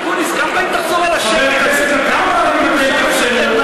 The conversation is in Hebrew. אקוניס, כמה פעמים תחזור על השקר הזה?